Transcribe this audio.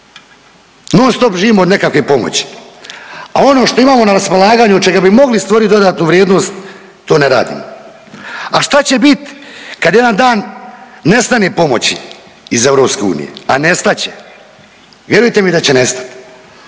Non stop živimo od nekakve pomoći. A ono što imamo na raspolaganju, od čega bi mogli stvoriti dodatnu vrijednost to ne radimo. A šta će bit kad jedan dan nestane pomoći iz EU? A nestat će, vjerujte mi da će nestat.